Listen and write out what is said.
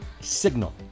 signal